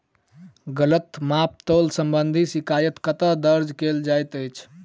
गलत माप तोल संबंधी शिकायत कतह दर्ज कैल जाइत अछि?